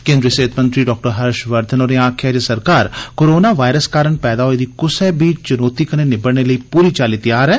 केन्द्री सेहत मंत्री डाक्टर हर्ष वर्धन होरें आक्खेया ऐ जे सरकार कोरोना वायरस कारण पैदा होई दी कुसै बी स्थति कन्नै निबड़ने लेई पूरी चाल्ली त्यार ऐ